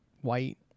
white